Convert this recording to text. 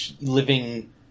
living